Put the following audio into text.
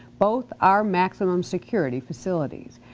both are maximum security facilities.